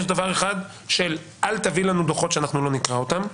יש דבר אחד שאומר: אל תביאו לנו דוחות שאנחנו לא נקרא אותם.